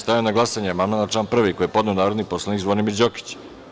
Stavljam na glasanje amandman na član 1. koji je podneo narodni poslanik Zvonimir Đokić.